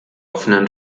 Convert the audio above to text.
offenen